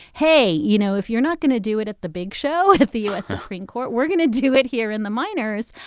hey, you know, if you're not going to do it at the big show, the u s. supreme court, we're going to do it here in the minors.